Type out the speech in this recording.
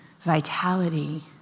vitality